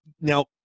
now